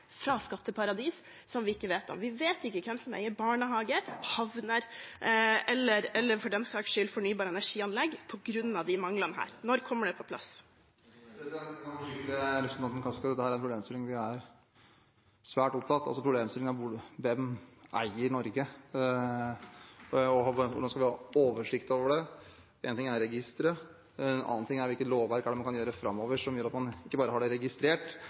fra skatteparadis, som vi ikke vet om. Vi vet ikke hvem som eier barnehager, havner eller for den saks skyld fornybar energi-anlegg på grunn av de manglene. Når kommer det på plass? Jeg kan forsikre representanten Kaski om at dette er en problemstilling vi er svært opptatt av. Problemstillingen er hvem eier Norge, og hvordan skal vi ha oversikt over det. Én ting er registre, en annen ting er hvilket lovverk man kan ha framover som gjør at man ikke bare har det registrert,